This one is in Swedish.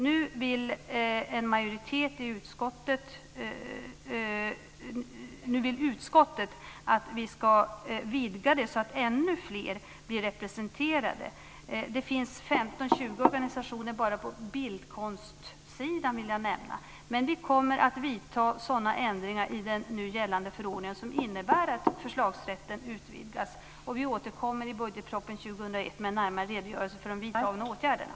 Nu vill utskottet att vi ska vidga det så att ännu fler blir representerade. Det finns 15-20 organisationer bara på bildkonstsidan, vill jag nämna. Men vi kommer att vidta sådana ändringar i den nu gällande förordningen som innebär att förslagsrätten utvidgas, och vi återkommer i budgetpropositionen för år 2001 med en närmare redogörelse för de vidtagna åtgärderna.